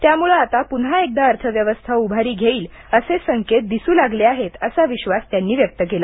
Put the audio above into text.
त्यामुळे आता पुन्हा एकदा अर्थव्यवस्था उभारी घेईल असे संकेत दिसू लागले आहेत असा विश्वास त्यांनी व्यक्त केला